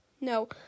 No